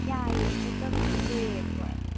ꯌꯥꯏꯑꯦ ꯆꯠꯇꯕꯁꯨ ꯀꯨꯏꯔꯦ ꯑꯩꯈꯣꯏ